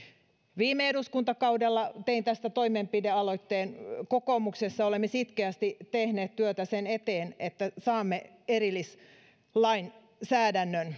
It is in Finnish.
viime eduskuntakaudella tein tästä toimenpidealoitteen kokoomuksessa olemme sitkeästi tehneet työtä sen eteen että saamme erillislainsäädännön